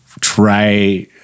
try